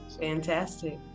Fantastic